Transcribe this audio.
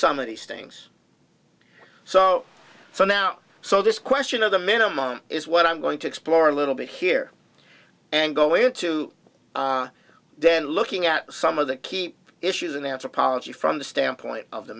some of these things so so now so this question of the minimum is what i'm going to explore a little bit here and go into then looking at some of the keep issues in anthropology from the standpoint of the